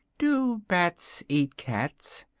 do bats eat cats?